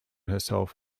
himself